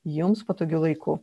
jums patogiu laiku